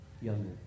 Younger